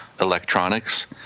electronics